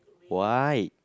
white